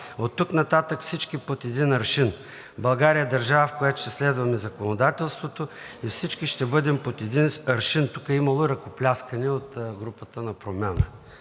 оттук нататък всички са под един аршин. България е държава, в която ще следваме законодателството и всички ще бъдем под един аршин.“ Тук е имало ръкопляскания от групата на